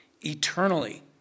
eternally